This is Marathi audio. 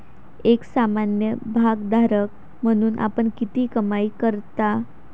एक सामान्य भागधारक म्हणून आपण किती कमाई करता?